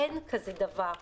אין דבר כזה.